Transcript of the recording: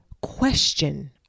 question